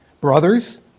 Brothers